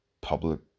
public